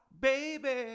baby